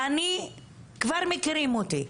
ואני כבר מכירים אותי.